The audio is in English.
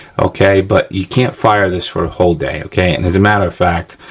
okay. but you can't fire this for a whole day, okay. and as a matter of fact,